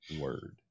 Word